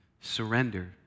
surrender